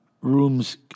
rooms